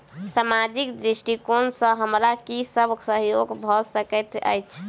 सामाजिक दृष्टिकोण सँ हमरा की सब सहयोग भऽ सकैत अछि?